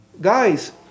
Guys